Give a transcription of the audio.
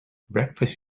breakfast